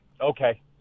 Okay